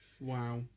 wow